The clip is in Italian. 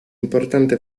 importante